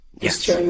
Yes